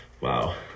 wow